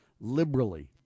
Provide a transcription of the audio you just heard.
liberally